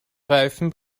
reifen